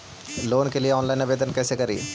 Loan के लिये online आवेदन कैसे करि?